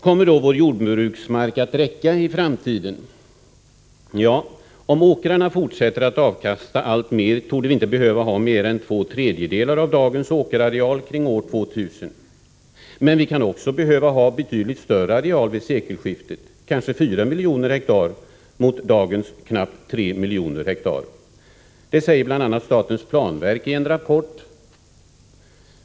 Kommer vår jordbruksmark att räcka i framtiden? Om åkrarna fortsätter att avkasta alltmer torde vi inte behöva ha mer än två tredjedelar av dagens åkerareal omkring år 2000. Men vi kan också behöva betydligt större areal vid sekelskiftet, kanske fyra miljoner hektar mot dagens knappt tre miljoner, säger statens planverk i en rapport.